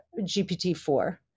GPT-4